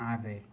ᱟᱨᱮ